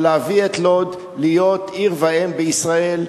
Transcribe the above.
ולהביא את לוד להיות עיר ואם בישראל,